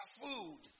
food